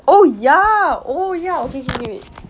oh ya oh ya okay okay wait